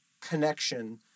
connection